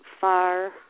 far